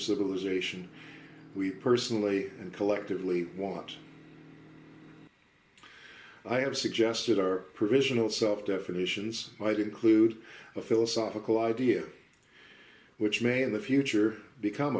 civilization we personally and collectively want i have suggested our provisional self definitions might include ready a philosophical idea which may in the future become